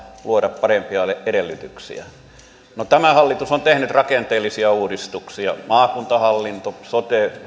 luoda parempia edellytyksiä no tämä hallitus on tehnyt rakenteellisia uudistuksia maakuntahallinnon sote